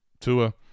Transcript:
Tua